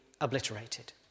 obliterated